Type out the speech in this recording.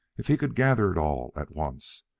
if he could gather it all at once,